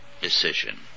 decision